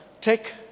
take